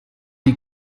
die